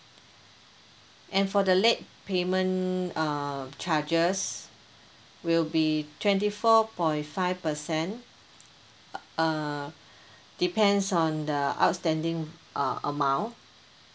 and for the late payment uh charges will be twenty four point five percent uh depends on the outstanding uh amount